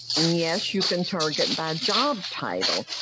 and yes, you can target by job title.